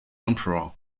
emperor